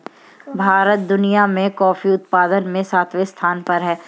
भारत दुनिया में कॉफी उत्पादन में सातवें स्थान पर है